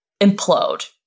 implode